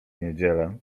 niedzielę